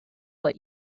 what